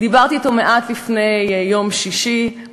דיברתי אתו מעט לפני יום שישי,